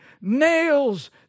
nails